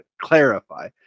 clarify